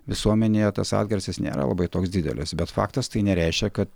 visuomenėje tas atgarsis nėra labai toks didelis bet faktas tai nereiškia kad